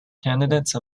candidate